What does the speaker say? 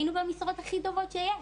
היינו במשרות הכי טובות שיש.